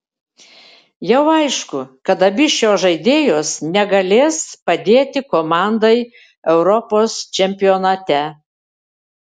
jau aišku kad abi šios žaidėjos negalės padėti komandai europos čempionate